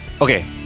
Okay